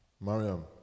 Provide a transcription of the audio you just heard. Mariam